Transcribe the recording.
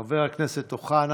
חברת הכנסת אוחנה,